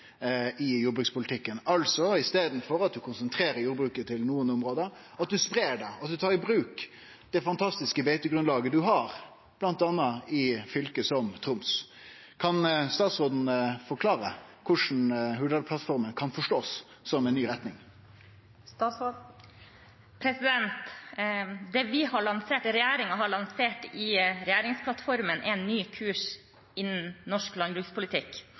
i jordbrukspolitikken, altså at ein i staden for å konsentrere jordbruket til nokre område spreier det og tar i bruk det fantastiske beitegrunnlaget ein har bl.a. i fylke som Troms. Kan statsråden forklare korleis ein kan forstå Hurdalsplattforma som ei ny retning? Det regjeringen har lansert i regjeringsplattformen, er en ny kurs innen norsk landbrukspolitikk,